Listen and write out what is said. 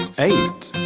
eight.